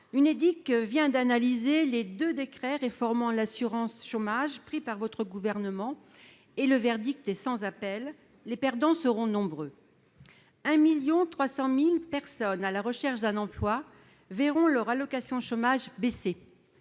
L'Unédic vient d'analyser les deux décrets réformant l'assurance chômage pris par le Gouvernement et le verdict est sans appel : les perdants seront nombreux ! Ce sont 1,3 million de personnes à la recherche d'un emploi qui vont voir leurs allocations de chômage baisser